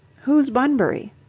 who's bunbury?